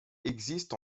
existent